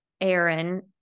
aaron